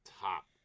top